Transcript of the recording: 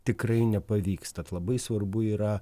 tikrai nepavyks tad labai svarbu yra